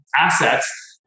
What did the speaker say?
assets